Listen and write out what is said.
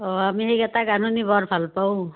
অঁ আমি সেইকেইটা গান শুনি বৰ ভাল পাওঁ